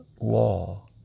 law